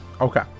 okay